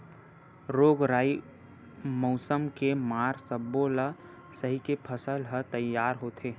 रोग राई, मउसम के मार सब्बो ल सहिके फसल ह तइयार होथे